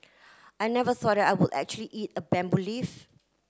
I never thought I would actually eat a bamboo leaf